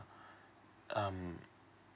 um